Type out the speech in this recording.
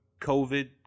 COVID